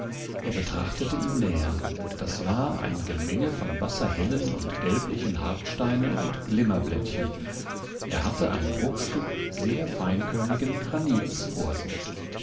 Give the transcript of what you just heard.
er betrachtete ihn näher das war ein gemenge von wasserhellen und gelblichen hartsteinen und glimmerblättchen er hatte ein bruchstück sehr feinkörnigen granits vor sich